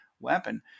weapon